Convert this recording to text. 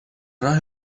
راه